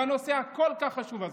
בנושא הכל-כך חשוב הזה.